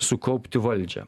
sukaupti valdžią